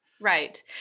Right